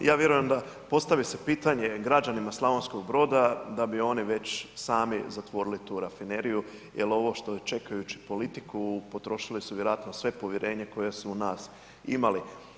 Pa, ja vjerujem da, postavi se pitanje građanima Slavonskog Broda, da bi oni već sami zatvorili tu rafineriju jer ovo što čekajući politiku, potrošili su vjerojatno sve povjerenje koje su u nas imali.